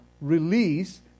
release